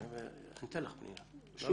שוב,